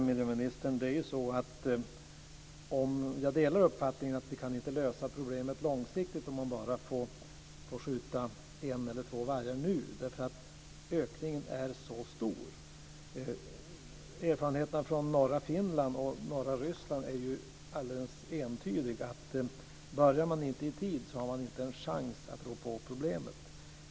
Fru talman! Jag delar miljöministerns uppfattning att vi inte kan lösa problemet långsiktigt om man bara får skjuta en eller två vargar nu, därför att ökningen är så stor. Erfarenheterna från norra Finland och norra Ryssland är helt entydiga, och det är att om man inte börjar i tid har man inte en chans att rå på problemet.